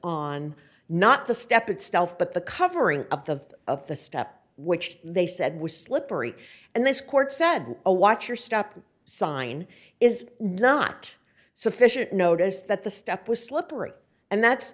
on not the step itself but the covering of the of the step which they said was slippery and this court said a watch or stop sign is not sufficient notice that the step was slippery and that's